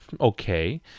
okay